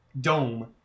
dome